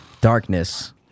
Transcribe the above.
darkness